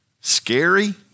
scary